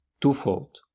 twofold